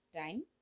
time